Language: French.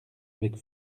avec